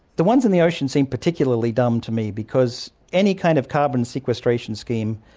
the ones in the ocean seem particularly dumb to me because any kind of carbon sequestration scheme,